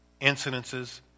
incidences